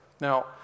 Now